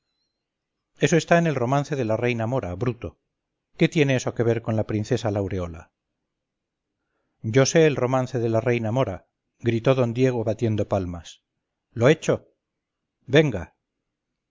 eso está en el romance de la reina mora bruto qué tiene eso que ver con la princesa laureola yo sé el romance de la reina mora gritó don diego batiendo palmas lo echo venga